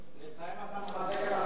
בינתיים אתה מחזק את ה"חמאס",